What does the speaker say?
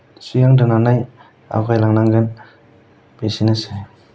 सिगां दोननानै आवगायलांनांगोन बेसेनोसै